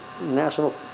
national